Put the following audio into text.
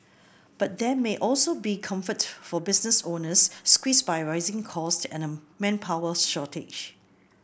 but there may also be comfort for business owners squeezed by rising costs and a manpower shortage